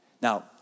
Now